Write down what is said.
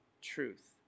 truth